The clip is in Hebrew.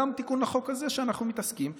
גם תיקון לחוק הזה שאנחנו מתעסקים בו,